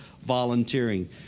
volunteering